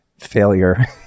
failure